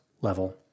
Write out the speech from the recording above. level